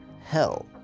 hell